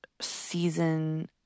Season